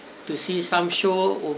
to see some show o~